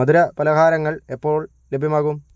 മധുര പലഹാരങ്ങൾ എപ്പോൾ ലഭ്യമാകും